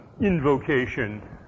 invocation